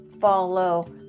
follow